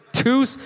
Two